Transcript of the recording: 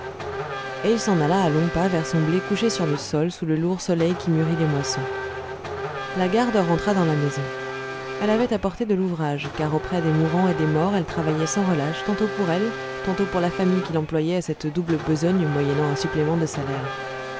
et il s'en alla à longs pas vers son blé couché sur le sol sous le lourd soleil qui mûrit les moissons la garde rentra dans la maison elle avait apporté de l'ouvrage car auprès des mourants et des morts elle travaillait sans relâche tantôt pour elle tantôt pour la famille qui l'employait à cette double besogne moyennant un supplément de salaire